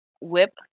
whip